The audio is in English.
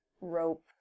rope